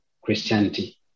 Christianity